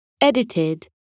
edited